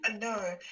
No